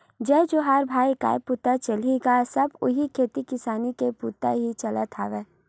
जय जोहार भाई काय बूता चलही गा बस उही खेती किसानी के बुता ही चलत हवय